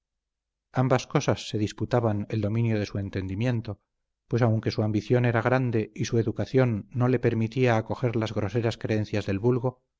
ambas cosas se disputaban el dominio de su entendimiento pues aunque su ambición era grande y su educación no le permitía acoger las groseras creencias del vulgo